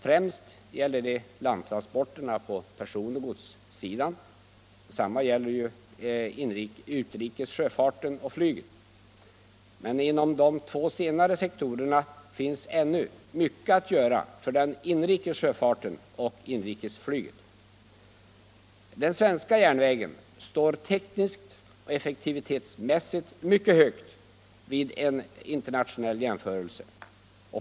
Främst gäller detta landtransporterra på personoch godssidan. Samma gäller den utrikes sjöfarten och flyget. Inom de två senare sektorerna finns ännu mycket att göra för den inrikes sjöfarten och inrikesflyget. Den svenska järnvägen står tekniskt och effektivitetsmässigt mycket högt vid en internationell jämförelse.